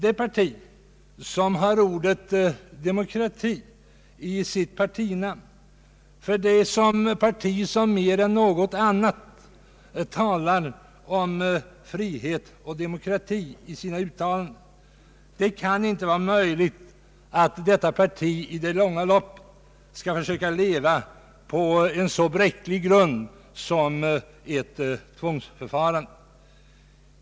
Ett parti som har ordet ”demokrati” i sitt partinamn, ett parti som mer än något annat talar om frihet och demokrati kan inte i det långa loppet försöka leva på en så bräcklig grund som en tvångsanslutning utgör.